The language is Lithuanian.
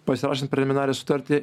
pasirašant preliminarią sutartį